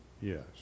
Yes